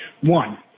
One